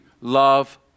love